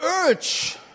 urge